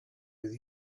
with